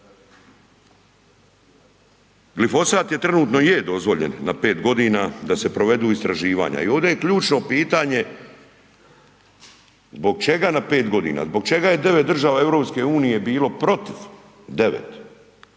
Glifosat je trenutno je dozvoljen na 5 godina da se provedu istraživanja i ovdje je ključno pitanje zbog čega na 5 godina? Zbog čega je 9 država EU-e bilo protiv? 9,